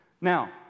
Now